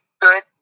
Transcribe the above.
good